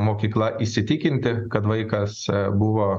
mokykla įsitikinti kad vaikas buvo